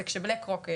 זה שבלאקרוק,